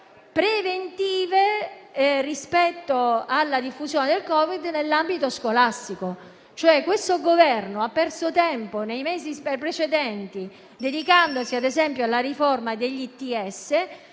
preventive rispetto alla diffusione del Covid nell'ambito scolastico. Il Governo ha perso tempo nei mesi precedenti dedicandosi - ad esempio - alla riforma degli